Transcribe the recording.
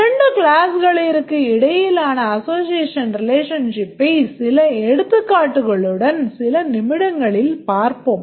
இரண்டு கிளாஸ்களிற்கு இடையிலான association relationship ஐ சில எடுத்துக்காட்டுகளுடன் சில நிமிடங்களில் பார்ப்போம்